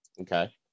Okay